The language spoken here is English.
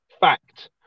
Fact